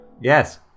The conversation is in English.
Yes